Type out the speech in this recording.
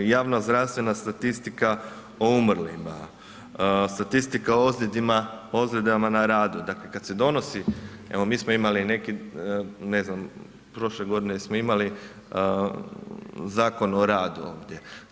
Javnozdravstvena statistika o umrlima, statistika o ozljedama na radu, dakle kad se donosi, evo mi smo imali neki, ne znam prošle godine smo imali Zakon o radu ovdje.